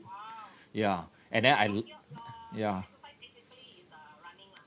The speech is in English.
ya and then I ya